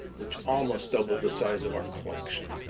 which almost doubled the size of our collection.